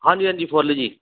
ਹਾਂਜੀ ਹਾਂਜੀ ਫੁੱਲ ਜੀ